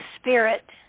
spirit